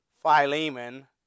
Philemon